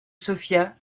sofia